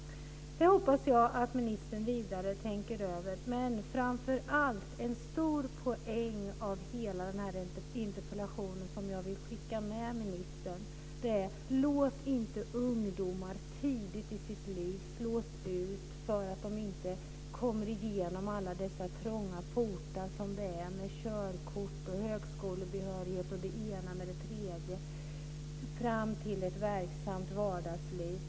Jag hoppas att ministern tänker över det här vidare. Men framför allt vill jag säga en annan sak. En stor poäng i den här interpellationen, som jag vill skicka med ministern, är detta: Låt inte ungdomar tidigt i sina liv slås ut för att de inte kommer igenom alla dessa trånga portar. Det är körkort, högskolebehörighet och det ena med det tredje på vägen fram till ett verksamt vardagsliv.